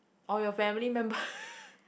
or your family member